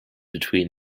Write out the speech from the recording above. between